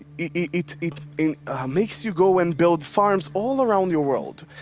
it it makes you go and build farms all around your world.